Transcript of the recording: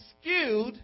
skewed